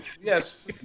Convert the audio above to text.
yes